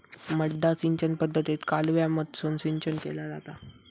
मड्डा सिंचन पद्धतीत कालव्यामधसून सिंचन केला जाता